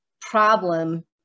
problem